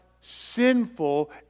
sinful